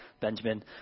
Benjamin